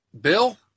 Bill